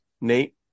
Nate